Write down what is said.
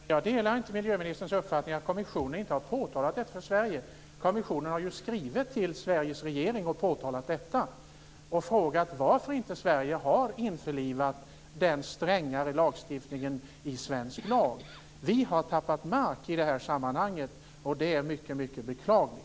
Fru talman! Jag delar inte miljöministerns uppfattning att kommissionen inte har påtalat detta för Sverige. Kommissionen har ju skrivit till Sveriges regering och frågat varför Sverige inte har införlivat den strängare lagstiftningen i svensk lag. Vi har tappat mark i det här sammanhanget, och det är mycket beklagligt.